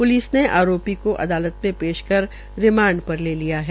police ने आरोपी को अदालत में पेश कर रिमांड पर लिया है